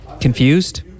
Confused